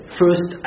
first